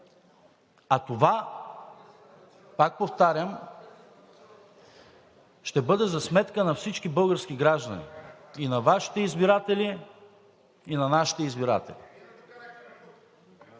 А това, пак повтарям, ще бъде за сметка на всички български граждани – и на Вашите избиратели, и на нашите избиратели.